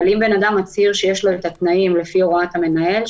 אבל אם בן אדם מצהיר שיש לו את התנאים לפי הוראת המנהל,